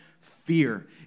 fear